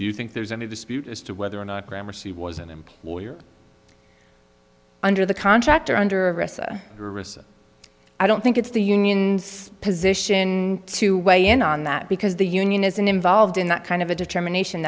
you think there's any dispute as to whether or not graham or she was an employer under the contract or under i don't think it's the union position to weigh in on that because the union isn't involved in that kind of a determination